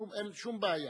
אין שום בעיה.